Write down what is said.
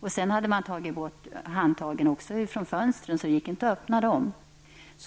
Man hade också tagit bort handtagen på fönstren, så att dessa inte gick att öppna.